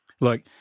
Look